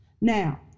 Now